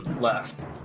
left